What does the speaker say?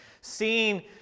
seeing